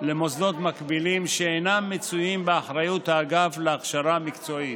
למוסדות מקבילים שאינם מצויים באחריות האגף להכשרה מקצועית.